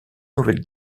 nouvelle